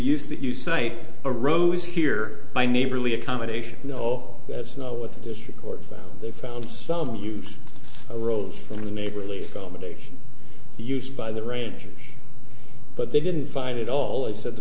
use that you cite a rose here by neighborly accommodation no that's not what the district court found they found some use arose from the neighborly commendation used by the rangers but they didn't find it all they said the